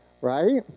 right